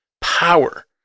Power